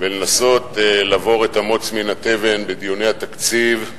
ולנסות לבור את המוץ מן הבר בדיוני התקציב,